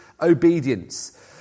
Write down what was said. obedience